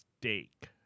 steak